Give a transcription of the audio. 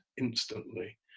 instantly